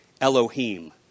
Elohim